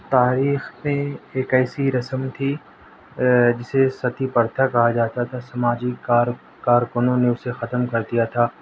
تاریخ میں ایک ایسی رسم تھی جسے ستی پرتھا کہا جاتا تھا سماجی کار کارکنوں نے اسے ختم کر دیا تھا